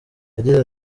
yagize